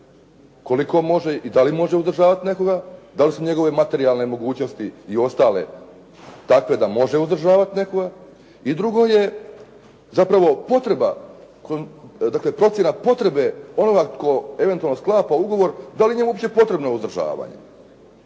koliko može i da li može uzdržavat nekoga, da li su njegove materijalne mogućnosti i ostale takve da može uzdržavat nekoga. I drugo je zapravo potreba, dakle procjena potrebe onoga tko eventualno sklapa ugovor, da li je njemu uopće potrebno uzdržavanje